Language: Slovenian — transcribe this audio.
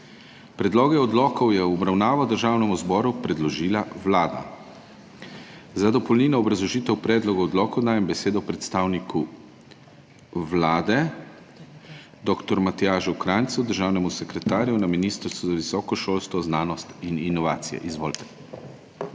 Predloge odlokov je v obravnavo Državnemu zboru predložila Vlada. Za dopolnilno obrazložitev predloga odloka dajem besedo predstavniku Vlade dr. Matjažu Krajncu, državnemu sekretarju na Ministrstvu za visoko šolstvo, znanost in inovacije. Izvolite.